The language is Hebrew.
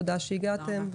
תודה שהגעתם.